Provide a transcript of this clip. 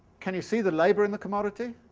can you see the labour in the commodity?